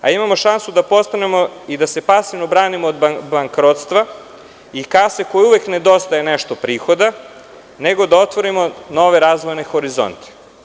Imamo šansu da postanemo i da se pasivno branimo od bankrotstva i kase u kojoj uvek nedostaje nešto prihoda, nego da otvorimo nove razvojne horizonte.